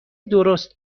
درست